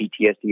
PTSD